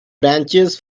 branches